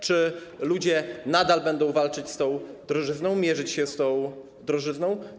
Czy ludzie nadal będą walczyć z tą drożyzną, mierzyć się z tą drożyzną?